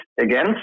again